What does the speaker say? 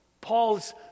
Paul's